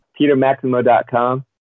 PeterMaximo.com